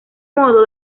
modo